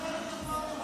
לרשותך עשר דקות,